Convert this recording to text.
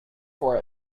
for